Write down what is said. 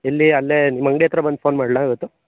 ಎಲ್ಲಿ ಅಲ್ಲೇ ನಿಮ್ಮ ಅಂಗಡಿ ಹತ್ತಿರ ಬಂದು ಫೋನ್ ಮಾಡ್ಲಾ ಇವತ್ತು